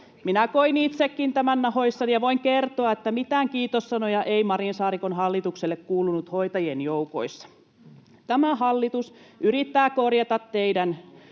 Minä koin itsekin tämän nahoissani ja voin kertoa, että mitään kiitossanoja ei Marinin—Saarikon hallitukselle kuulunut hoitajien joukoissa. Tämä hallitus yrittää korjata teidän